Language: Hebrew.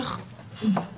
כן, כן,